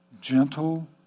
Gentle